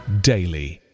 daily